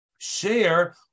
share